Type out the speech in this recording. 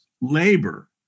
labor